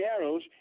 arrows